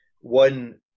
one